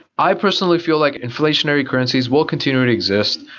i personally feel like inflationary currencies will continue to exist,